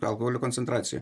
alkoholio koncentracija